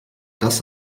das